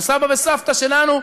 לסבא וסבתא שלנו,